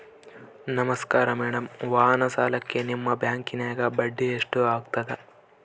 ನಮಸ್ಕಾರ ಮೇಡಂ ವಾಹನ ಸಾಲಕ್ಕೆ ನಿಮ್ಮ ಬ್ಯಾಂಕಿನ್ಯಾಗ ಬಡ್ಡಿ ಎಷ್ಟು ಆಗ್ತದ?